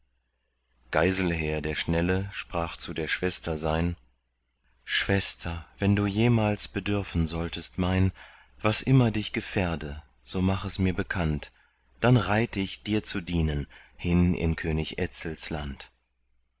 geiselher der schnelle sprach zu der schwester sein schwester wenn du jemals bedürfen solltest mein was immer dich gefährde so mach es mir bekannt dann reit ich dir zu dienen hin in könig etzels land